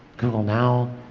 google now,